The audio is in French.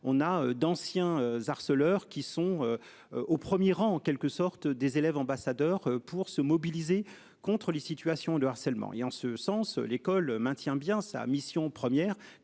on a d'anciens harceleurs qui sont. Au 1er rang en quelque sorte des élèves ambassadeurs pour se mobiliser contre les situations de harcèlement et en ce sens l'école maintient bien sa mission première